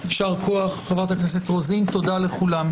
יישר כוח חברת הכנסת רוזין, תודה לכולם.